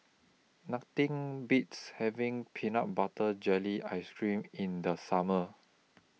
Nothing Beats having Peanut Butter Jelly Ice Cream in The Summer